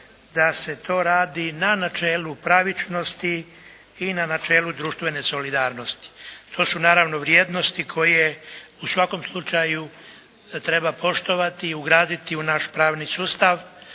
da se to radi i na načelu pravičnosti i na načelu društvene solidarnosti. To su naravno vrijednosti koje u svakom slučaju treba poštovati i ugraditi u naš pravni sustav